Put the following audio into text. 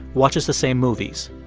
watches the same movies.